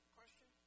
question